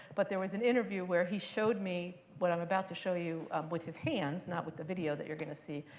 but there was an interview where he showed me what i'm about to show you with his hands, not with the video that you're going to see,